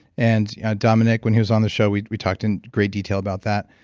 and yeah dominic, when he was on the show, we we talked in great detail about that.